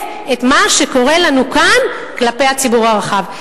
את מה שקורה לנו כאן כלפי הציבור הרחב.